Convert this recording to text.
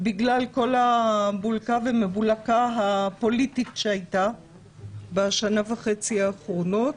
בגלל כל הבוקה והמבולקה הפוליטית שהיתה בשנה וחצי האחרונות.